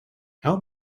how